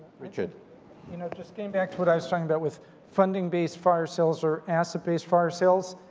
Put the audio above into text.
richard. you know just came back to what i was talking about with funding-based fire sales or asset-based fire sales.